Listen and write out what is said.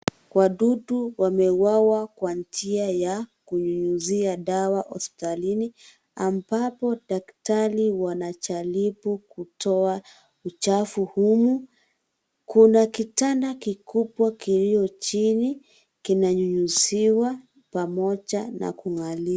Wadudu wameuwawa Kwa njia ya kunyunyzia dawa hospitalini ambapo daktari wanajaribu kutoa michafu humu. Kuna kitanda kikubwa kilio chini kinanyunyuziwa pamoja na kungarishwa.